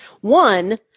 One